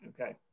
okay